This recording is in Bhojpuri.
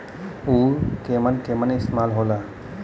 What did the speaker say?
उव केमन केमन इस्तेमाल हो ला?